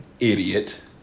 idiot